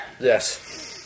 yes